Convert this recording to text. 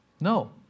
No